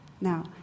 Now